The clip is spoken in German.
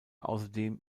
außerdem